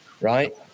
Right